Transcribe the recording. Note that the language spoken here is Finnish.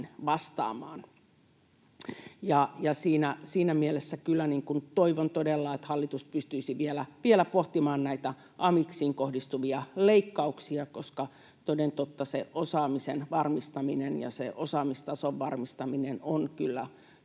vastaamaan. Siinä mielessä kyllä toivon todella, että hallitus pystyisi vielä pohtimaan näitä amiksiin kohdistuvia leikkauksia, koska toden totta osaamisen varmistaminen ja osaamistason varmistaminen ovat kyllä